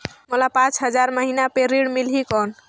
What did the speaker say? मोला पांच हजार महीना पे ऋण मिलही कौन?